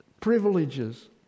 privileges